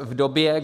V době,